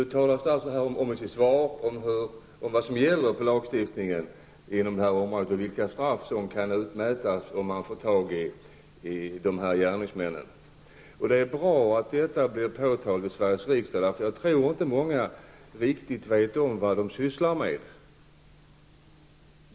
Statsrådet talar i sitt svar om vad som gäller på lagstiftningens område i dessa fall och vilka straff som kan utmätas ifall man får tag i gärningsmännen. Det är bra att detta påpekas i Sveriges riksdag, för jag tror att många inte riktigt vet vad de sysslar med.